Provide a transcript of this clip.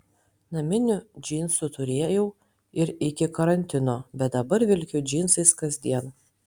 naminių džinsų turėjau ir iki karantino bet dabar vilkiu džinsais kasdien